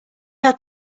had